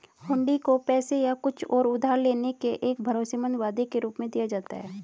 हुंडी को पैसे या कुछ और उधार लेने के एक भरोसेमंद वादे के रूप में दिया जाता है